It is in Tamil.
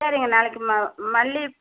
சரிங்க நாளைக்கு ம மல்லி